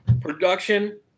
Production